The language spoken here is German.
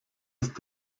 ist